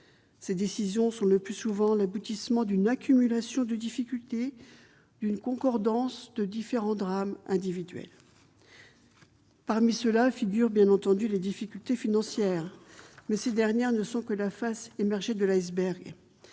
Ces décisions sont, le plus souvent, l'aboutissement d'une accumulation de difficultés, d'une concordance de différents drames individuels. Parmi ceux-ci figurent bien entendu les difficultés financières, mais ces dernières ne sont que la face émergée de l'iceberg.